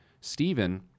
Stephen